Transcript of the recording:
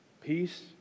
peace